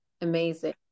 amazing